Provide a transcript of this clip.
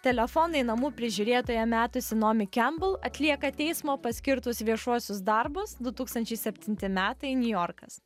telefoną į namų prižiūrėtoją metusi naomi kembel atlieka teismo paskirtus viešuosius darbus du tūkstančiai septinti metai niujorkas